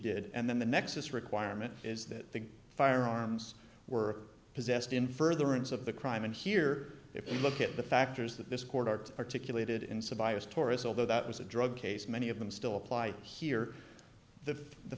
did and then the nexus requirement is that the firearms were possessed in furtherance of the crime and here if you look at the factors that this court art articulated in some biased taurus although that was a drug case many of them still apply here the